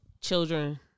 children